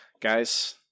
guys